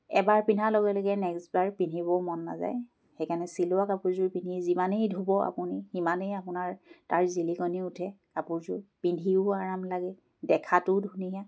এবাৰ পিন্ধাৰ লগে লগে নেক্সট বাৰ পিন্ধিবও মন নাযায় সেইকাৰণে চিলোৱা কাপোৰযোৰ পিন্ধিলে যিমানেই ধুব আপুনি সিমানেই আপোনাৰ তাৰ জিলিকনি উঠে কাপোৰযোৰ পিন্ধিও আৰাম লাগে দেখাতো ধুনীয়া